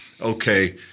okay